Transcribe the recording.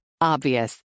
Obvious